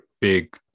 big